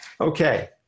Okay